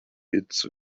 its